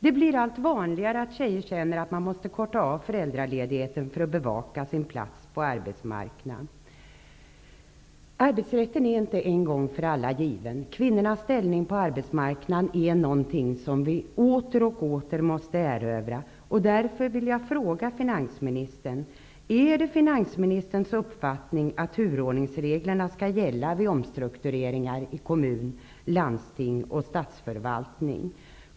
Det blir allt vanligare att tjejer känner att de måste korta av föräldraledigheten för att bevaka sin plats på arbetsmarknaden. Arbetsrätten är inte en gång för alla given. Kvinnornas ställning på arbetsmarknaden är något som vi åter och återigen måste erövra. Är det finansministerns uppfattning att turordningsreglerna skall gälla vid omstruktureringar i kommuner, landsting och statsförvaltningen?